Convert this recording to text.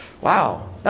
wow